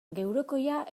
geurekoia